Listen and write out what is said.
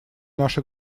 наша